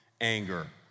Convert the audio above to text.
anger